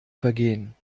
vergehen